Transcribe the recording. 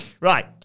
Right